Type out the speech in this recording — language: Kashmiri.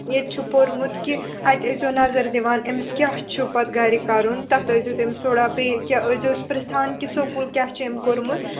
ییٚتہِ چھِ پوٚرمُت کہِ اَتہِ ٲسۍزیو نَظر دِوان أمِس کیٛاہ چھُ پتہٕ گَرِ کَرُن تَتھ ٲسۍزیو تٔمِس تھوڑا بیٚیہِ کیٚنٛہہ ٲسۍزیوس پِرٛژھان کہِ سکول کیٛاہ چھِ أمۍ کوٚرمُت